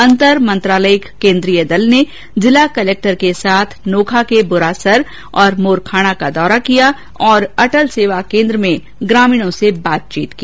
अंतर मंत्रालायिक केन्द्रीय दल ने जिला कलेक्टर के साथ नोखा के बेरासर और मोरखाणा का दौरा किया तथा अटल सेवा केन्द्र में ग्रामीणों से बात की